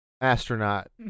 astronaut